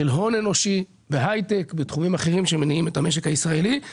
של הון אנושי בהייטק ובתחומים אחרים שמניעים את המשק הישראלי.